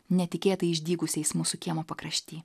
netikėtai išdygusiais mūsų kiemo pakrašty